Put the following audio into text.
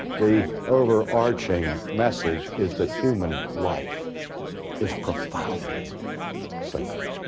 the overarching message is that human life is profoundly sacred.